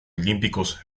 olímpicos